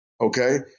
Okay